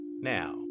now